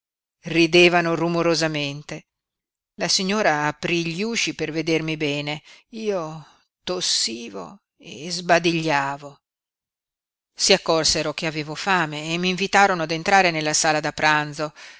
ridevano rumorosamente la signora aprí gli usci per vedermi bene io tossivo e sbadigliavo si accorsero che avevo fame e m'invitarono ad entrare nella sala da pranzo